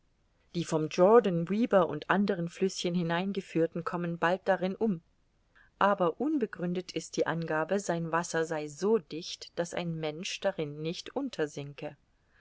die vom jordan weber und andern flüßchen hineingeführten kommen bald darin um aber unbegründet ist die angabe sein wasser sei so dicht daß ein mensch darin nicht